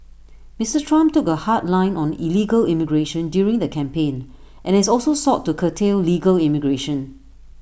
Mister Trump took A hard line on illegal immigration during the campaign and has also sought to curtail legal immigration